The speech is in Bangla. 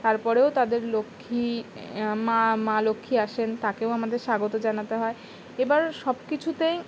তারপরেও তাদের লক্ষ্মী মা মা লক্ষ্মী আসেন তাকেও আমাদের স্বাগত জানাতে হয় এবার সব কিছুতেই